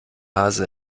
hase